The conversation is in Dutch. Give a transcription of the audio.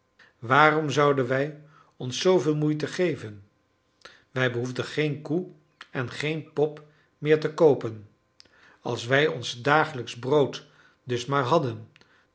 waarom zouden wij ons zooveel moeite geven wij behoefden geen koe en geen pop meer te koopen als wij ons dagelijksch brood dus maar hadden